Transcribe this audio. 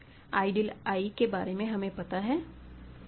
ideal के बारे में हमें पता है